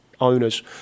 owners